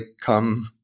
come